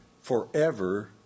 forever